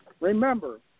Remember